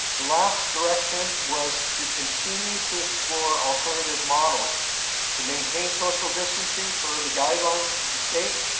the last direction was to continue to explore alternative models to maintain social distancing per the guidelines of the state,